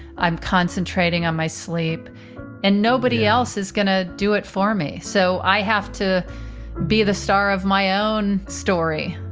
i'm concentrating on my sleep and nobody else is going to do it for me. so i have to be the star of my own story.